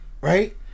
Right